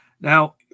Now